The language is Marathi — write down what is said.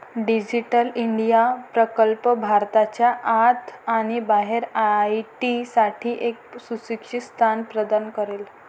डिजिटल इंडिया प्रकल्प भारताच्या आत आणि बाहेर आय.टी साठी एक सुरक्षित स्थान प्रदान करेल